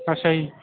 ਅੱਛਾ ਜੀ